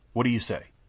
what do you say?